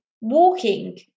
walking